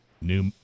new